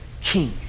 king